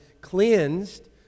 cleansed